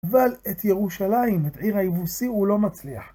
אבל את ירושלים, את עיר היבוסי, הוא לא מצליח.